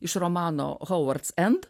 iš romano hovards end